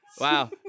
Wow